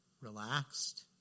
relaxed